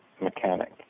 mechanic